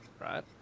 right